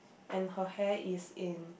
and her hair is in